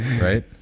right